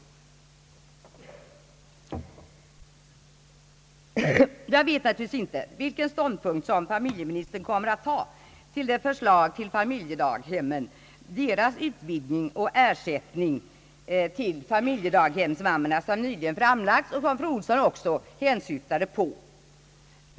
Jag vet naturligtvis inte vilken ståndpunkt som familjeministern kommer att ta till det förslag angående familjedaghemmen, deras utvidgning och ersättningen till familjedaghemsmammorna, som nyligen framlagts och som fru Ohlsson också hänsyftade på.